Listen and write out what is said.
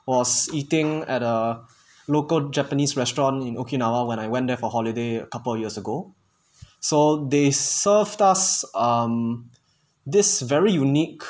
was eating at a local japanese restaurant in okinawa when I went there for holiday a couple years ago so they served us um this very unique